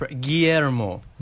Guillermo